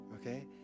okay